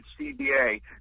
CBA